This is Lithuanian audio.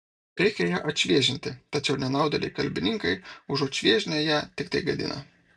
reikia ją atšviežinti tačiau nenaudėliai kalbininkai užuot šviežinę ją tiktai gadina